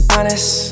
Honest